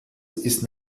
ist